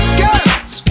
girls